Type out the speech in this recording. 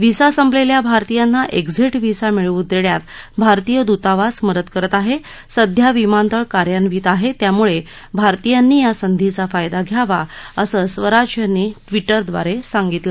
visa संपलेल्या भारतीयांना exit visa मिळवून देण्यात भारतीय दूतावास मदत करत आहे सध्या विमानतळ कार्यानिव्त आहे त्यामुळे भारतीयांनी या संधीचा फायदा घ्यावा असं स्वराज यांनी ट्विटद्वारे सांगितलं